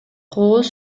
кооз